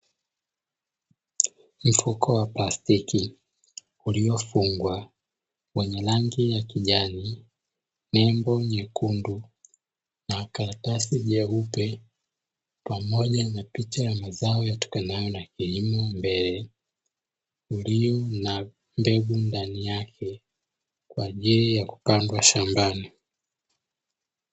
Mikoko wa plastiki uliofungwa wenye rangi ya kijani nembo nyekundu, na karatasi jeupe pamoja na picha ya mazao yatokanayo na kilimo mbele na ulio na mbegu ndani yake kwa ajili ya kukandwa shambani.